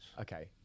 okay